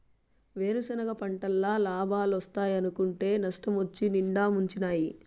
వేరుసెనగ పంటల్ల లాబాలోస్తాయనుకుంటే నష్టమొచ్చి నిండా ముంచినాయి